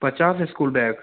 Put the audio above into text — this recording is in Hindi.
पचास स्कूल बैग